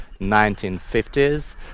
1950s